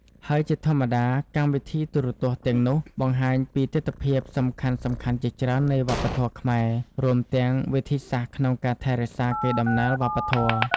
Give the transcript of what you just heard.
ហើយជាធម្មតា កម្មវិធីទូរទស្សន៍ទាំងនោះបង្ហាញពីទិដ្ឋភាពសំខាន់ៗជាច្រើននៃវប្បធម៌ខ្មែរ រួមទាំងវិធីសាស្រ្តក្នុងការថែរក្សាកេរដំណែលវប្បធម៌។